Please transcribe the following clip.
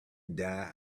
die